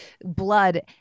blood